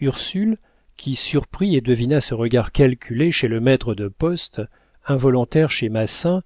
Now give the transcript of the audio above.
ursule qui surprit et devina ce regard calculé chez le maître de poste involontaire chez massin